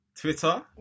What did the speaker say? Twitter